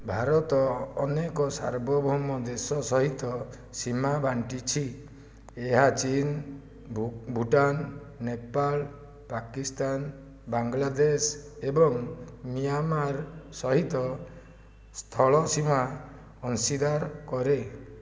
ଭାରତ ଅନେକ ସାର୍ବଭୌମ ଦେଶ ସହିତ ସୀମା ବାଣ୍ଟିଛି ଏହା ଚୀନ୍ ଭୁଟାନ ନେପାଳ ପାକିସ୍ତାନ ବାଙ୍ଗଲାଦେଶ ଏବଂ ମିଆଁମାର ସହିତ ସ୍ଥଳ ସୀମା ଅଂଶୀଦାର କରେ